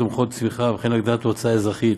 תומכות צמיחה ולהגדלת ההוצאה האזרחית,